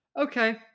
Okay